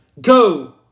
Go